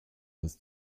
bis